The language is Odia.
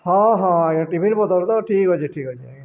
ହଁ ହଁ ଆଜ୍ଞା ଟିଫିନ୍ପତ୍ର ତ ଠିକ୍ ଅଛେ ଠିକ୍ ଅଛେ ଆଜ୍ଞା